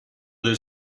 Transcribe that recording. del